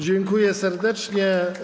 Dziękuję serdecznie.